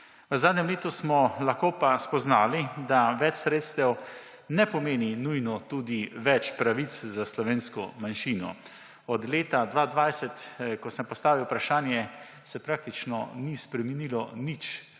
V zadnjem letu smo lahko spoznali, da več sredstev ne pomeni nujno tudi več pravic za slovensko manjšino. Od leta 2020, ko sem postavil vprašanje, se praktično ni spremenilo nič